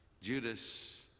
Judas